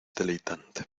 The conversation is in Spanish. deleitante